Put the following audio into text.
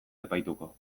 epaituko